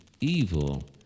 evil